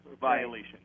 violation